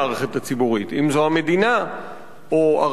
אם המדינה או הרשות המקומית,